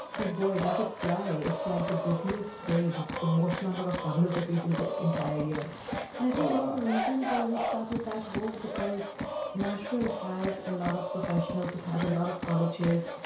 oh, boy, does it fly. it's like the busiest day. that's the most number of covers that we do the entire year. and i think one of the reasons why we started that was because nashville has a lot of professionals, it has a lot of colleges.